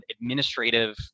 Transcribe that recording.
administrative